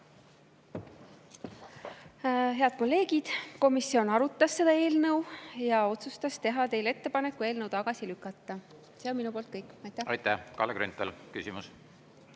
Head kolleegid! Komisjon arutas seda eelnõu ja otsustas teha teile ettepaneku eelnõu tagasi lükata. See on minu poolt kõik. Aitäh! Aitäh! Kalle Grünthal, küsimus!